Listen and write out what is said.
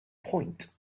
point